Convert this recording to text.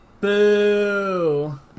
Boo